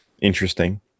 interesting